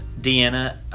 Deanna